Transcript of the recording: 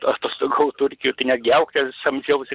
atostogavau turkijoj tai netgi auklę samdžiausi